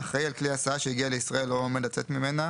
אחראי על כלי הסעה שהגיע לישראל או עומד לצאת ממנה